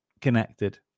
connected